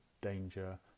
danger